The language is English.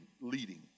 leading